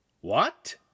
What